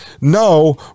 no